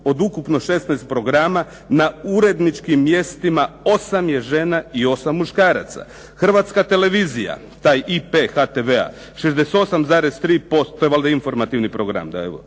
od ukupno 16 programa na uredničkim mjestima 8 je žena i 8 muškaraca. Hrvatska televizija, taj IP HTV-a 68,3%, to je valjda informativni program,